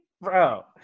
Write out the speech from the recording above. bro